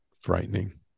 frightening